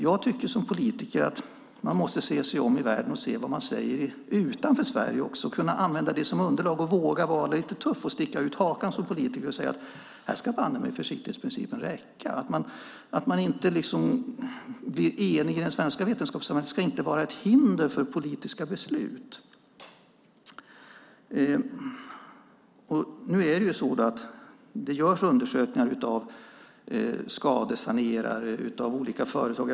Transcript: Jag tycker som politiker att man måste se sig om i världen och se vad man säger utanför Sverige och kunna använda det som underlag. Man måste våga vara lite tuff som politiker, sticka ut hakan och säga: Här ska banne mig försiktighetsprincipen räcka. Att man inte blir enig i det svenska vetenskapssamhället ska inte vara ett hinder för politiska beslut. Skadesanerare från olika företag gör undersökningar.